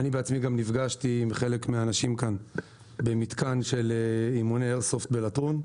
בעצמי נפגשתי עם חלק מהאנשים כאן במתקן של אימוני איירסופט בלטרון.